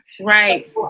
Right